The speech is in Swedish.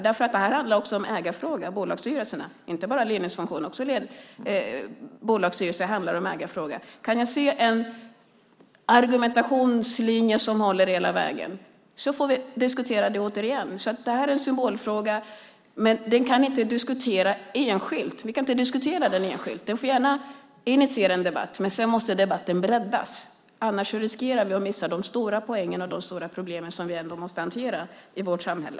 Bolagsstyrelserna handlar också om ägarfrågor, inte bara om ledningsfunktionen. Kan jag få se en argumentationslinje som håller hela vägen? Då får vi diskutera det återigen. Det här är en symbolfråga, men vi kan inte diskutera den enskilt. Den får gärna initiera en debatt, men sedan måste debatten breddas - annars riskerar vi att missa de stora problem som vi måste hantera i vårt samhälle.